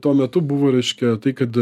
tuo metu buvo reiškia tai kad